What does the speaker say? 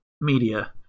media